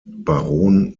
baron